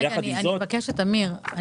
אני מבקשת, אמיר.